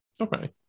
okay